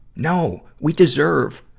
no! we deserve,